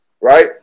right